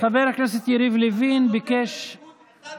חבר הכנסת יריב לוין ביקש, אתה נותן לליכוד אחד